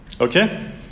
Okay